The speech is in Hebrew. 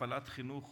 הפעלת חינוך